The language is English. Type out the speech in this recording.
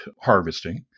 harvesting